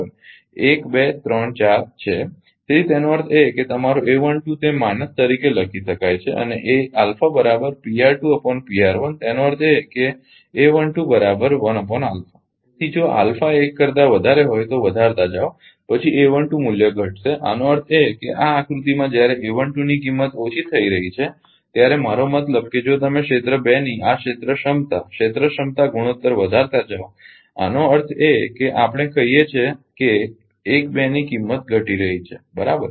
1 2 3 4 છે તેથી એનો અર્થ એ કે તમારો તે માઈનસ તરીકે લખી શકાય છે અને તેનો અર્થ એ કે તેથી જો એ 1 કરતા વધારે હોય તો વધારતા જાઓ પછી મૂલ્ય ઘટશે આનો અર્થ એ કે આ આકૃતિમાં જ્યારે ની કિંમત ઓછી થઈ રહી છે ત્યારે મારો મતલબ કે જો તમે ક્ષેત્ર 2 ની આ ક્ષેત્ર ક્ષમતા ક્ષેત્ર ક્ષમતા ગુણોત્તર વધારતા જાઓ એનો અર્થ એ કે આપણે કહીએ કે 1 2 ની કિંમત ઘટી રહી છે બરાબર